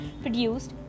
produced